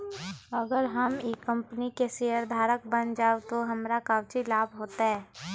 अगर हम ई कंपनी के शेयरधारक बन जाऊ तो हमरा काउची लाभ हो तय?